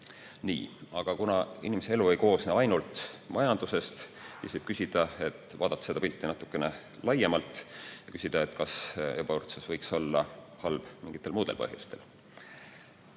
Aga kuna inimese elu ei koosne ainult majandusest, siis võib vaadata seda pilti natuke laiemalt ja küsida, kas ebavõrdsus võiks olla halb mingitel muudel põhjustel.